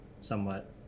somewhat